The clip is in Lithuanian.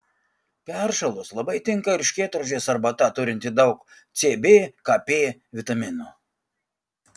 peršalus labai tinka erškėtrožės arbata turinti daug c b k p vitaminų